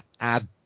add